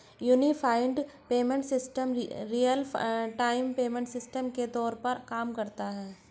unified payment system real time payment system के तौर पर काम करता है